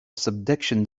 subduction